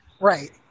Right